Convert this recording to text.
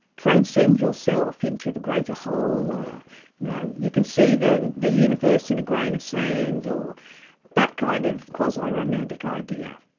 transcend yourself into the greater whole. you know, you can see the the universe in a grain of sand, or that kind of quasi-romantic idea.